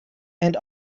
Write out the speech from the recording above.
and